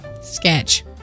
sketch